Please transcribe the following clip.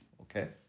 Okay